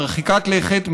מרחיקת לכת,